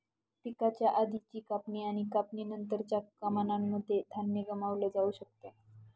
पिकाच्या आधीची कापणी आणि कापणी नंतरच्या कामांनमध्ये धान्य गमावलं जाऊ शकत